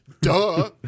Duh